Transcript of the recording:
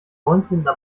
neunzehnten